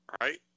right